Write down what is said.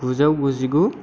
गुजौ गुजिगु